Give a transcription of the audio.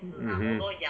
mmhmm